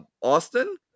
Austin